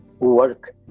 work